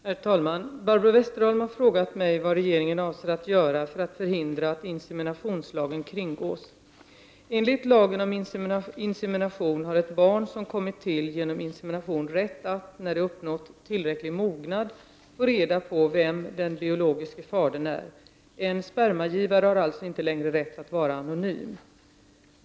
Herr talman! Barbro Westerholm har frågat mig vad regeringen avser att göra för att förhindra att inseminationslagen kringgås. Enligt lagen om insemination har ett barn som kommit till genom insemination rätt att, när det uppnått ”tillräcklig mognad”, få reda på vem den biologiske fadern är. En spermagivare har alltså inte längre rätt att vara anonym.